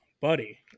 buddy